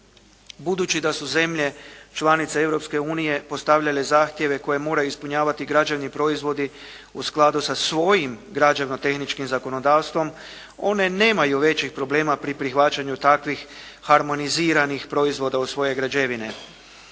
Budući da su zemlje članice Europske unije postavljale zahtjeve koje moraju ispunjavati građevni proizvodi u skladu sa svojim građevnotehničkim zakonodavstvom one nemaju većih problema pri prihvaćanju takvih harmoniziranih proizvoda u svoje građevine.